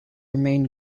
remain